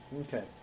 Okay